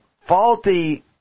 faulty